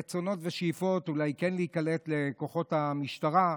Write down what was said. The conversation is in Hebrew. רצונות ושאיפות אולי כן להיקלט לכוחות המשטרה.